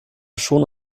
schon